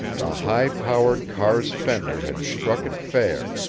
the high-powered car's fender had struck it fair,